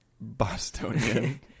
Bostonian